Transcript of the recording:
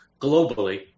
globally